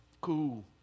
Cool